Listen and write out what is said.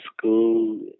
school